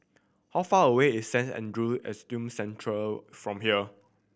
how far away is Saint Andrew Autism Centre of from here